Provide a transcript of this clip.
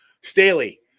Staley